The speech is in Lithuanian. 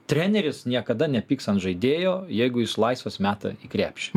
treneris niekada nepyks ant žaidėjo jeigu jis laisvas meta į krepšį